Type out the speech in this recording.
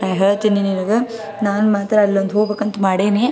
ನಾ ಹೇಳ್ತಿನಿ ನಿನಗೆ ನಾನು ಮಾತ್ರ ಅಲ್ಲೊಂದು ಹೋಗ್ಬೇಕಂತ ಮಾಡೀನಿ